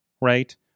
right